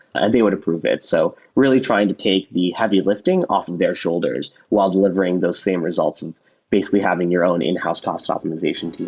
and they would approve it. so really trying to take the heavy lifting off of their shoulders while delivering those same results of basically having your own in-house cost optimization tooling.